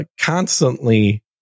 constantly